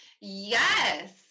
yes